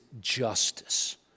justice